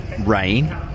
rain